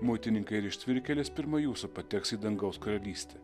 muitininkai ir ištvirkėlės pirma jūsų pateks į dangaus karalystę